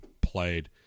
played